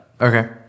Okay